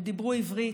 הם דיברו עברית,